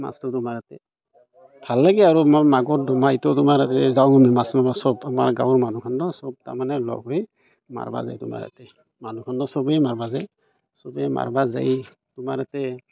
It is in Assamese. মাছটো তোমাৰ ইয়াতে ভাল লাগে আৰু মই মাগুৰ যাওঁ মাছ মাৰিব সব আমাৰ গাঁৱৰ সব মানুহখন ন সব তাৰমানে লগ হৈ মাৰিব যায় তোমাৰ তাতে মানুহখন সবে মাৰিব যায় সবে মাৰিব যায় তোমাৰ তাতে